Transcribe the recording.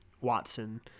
Watson